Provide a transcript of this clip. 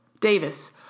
Davis